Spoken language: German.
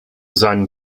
seinen